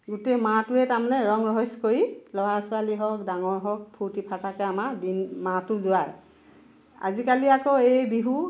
গোটেই মাহটোৱে তাৰমানে ৰং ৰহইচ কৰি ল'ৰা ছোৱালী হওক ডাঙৰ হওক ফূৰ্তি ফাৰ্তা কৰি আমাৰ দিন মাহটো যোৱায় আজিকালি আকৌ এই বিহু